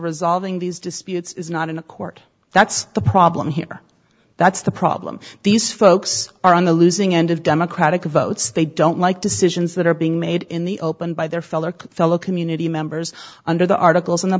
resolving these disputes is not in a court that's the problem here that's the problem these folks are on the losing end of democratic votes they don't like decisions that are being made in the open by their fellow fellow community members under the articles in the